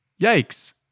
yikes